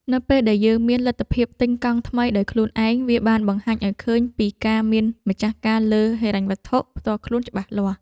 នៅពេលដែលយើងមានលទ្ធភាពទិញកង់ថ្មីដោយខ្លួនឯងវាបានបង្ហាញឱ្យឃើញពីការមានម្ចាស់ការលើហិរញ្ញវត្ថុផ្ទាល់ខ្លួនច្បាស់ណាស់។